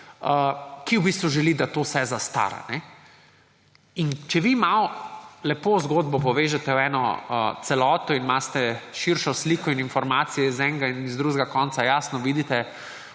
želi, da to vse zastara. Če vi lepo malo zgodbo povežete v eno celoto in imate širšo sliko in informacije z enega in z drugega konca, jasno vidite,